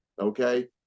okay